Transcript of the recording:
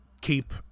keep